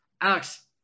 Alex